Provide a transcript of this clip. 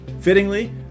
Fittingly